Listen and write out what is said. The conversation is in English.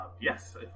Yes